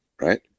Right